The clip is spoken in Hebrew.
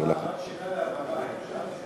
סליחה, רק שאלה להבהרה, אפשר?